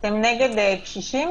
עכשיו נפגעתי.